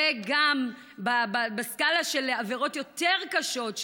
וגם בסקאלה של עבירות יותר קשות,